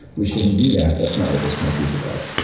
we shouldn't do that, that's not what this country's about.